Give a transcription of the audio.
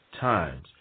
times